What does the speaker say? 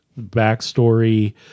backstory